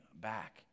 back